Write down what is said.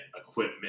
equipment